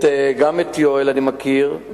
גם את יואל אני מכיר,